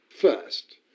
first